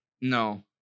No